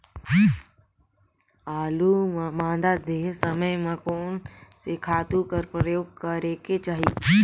आलू ल मादा देहे समय म कोन से खातु कर प्रयोग करेके चाही?